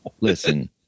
listen